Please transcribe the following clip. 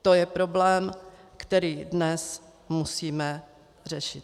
To je problém, který dnes musíme řešit.